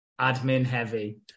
admin-heavy